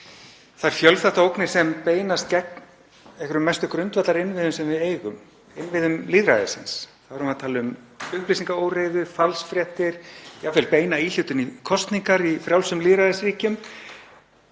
ræða þær fjölþáttaógnir sem beinast gegn einhverjum mestu grundvallarinnviðum sem við eigum, innviðum lýðræðisins. Þá erum við að tala um upplýsingaóreiðu, falsfréttir, jafnvel beina íhlutun í kosningar í frjálsum lýðræðisríkjum.